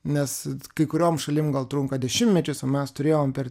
nes kai kuriom šalim gal trunka dešimtmečius o mes turėjom per